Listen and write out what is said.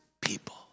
people